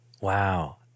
Wow